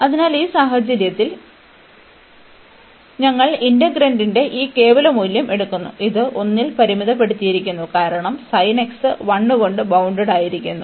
അതിനാൽ ഈ സാഹചര്യത്തിൽ പോലും ഞങ്ങൾ ഇന്റഗ്രാൻഡിന്റെ ഈ കേവല മൂല്യം എടുക്കുന്നു ഇത് 1 ൽ പരിമിതപ്പെടുത്തിയിരിക്കുന്നു കാരണം ഈ 1 കൊണ്ട് ബൌണ്ടഡ്ഡായിരിക്കുന്നു